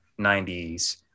90s